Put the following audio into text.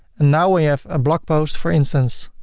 and now we have a blog post, for instance,